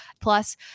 Plus